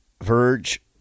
Verge